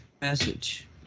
message